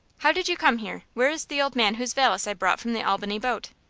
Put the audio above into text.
how did you come here? where is the old man whose valise i brought from the albany boat?